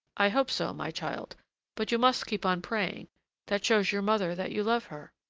i hope so, my child but you must keep on praying that shows your mother that you love her.